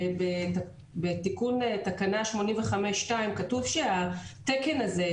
בתיקון תקנה 85. 2. כתוב שהתקן הזה,